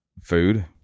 food